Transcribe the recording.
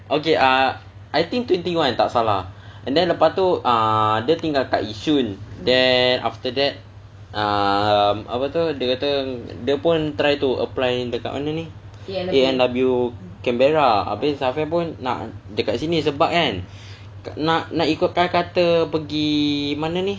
okay ah I think twenty one tak salah and then lagi satu ah dia tinggal kat yishun then after that err apa tu dia kata try to apply dekat mana ni A&W canberra habis safian pun nak dekat sini sebab kan nak nak ikutkan kata pergi mana ni